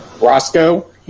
Roscoe